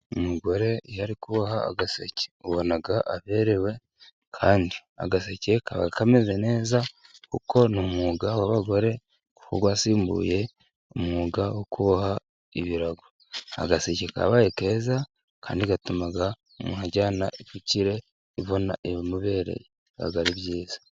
Umugore iyo ari kuboha agaseke ubona aberewe, kandi agaseke kaba kameze neza kuko ni umwuga w'abagore wasimbuye umwuga wo kuboha ibirago. Agaseke kabaye keza kandi gatuma umuntu ajyana ifukirere ubona imubereye. Biba ari byiza.